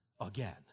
again